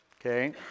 Okay